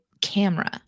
camera